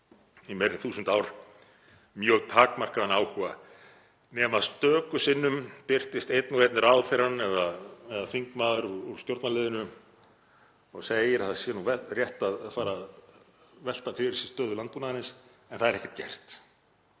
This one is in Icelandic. í meira en 1000 ár, mjög takmarkaðan áhuga, nema stöku sinnum birtist einn og einn ráðherrann eða þingmaður úr stjórnarliðinu og segir að það sé rétt að fara að velta fyrir sér stöðu landbúnaðarins en það er ekkert gert.